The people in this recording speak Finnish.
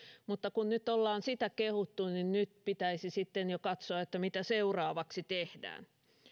mutta nyt kun ollaan sitä kehuttu pitäisi sitten jo katsoa mitä seuraavaksi tehdään